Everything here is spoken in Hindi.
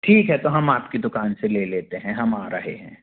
ठीक है तो हम आपकी दुकान से ले लेते हैं हम आ रहे हैं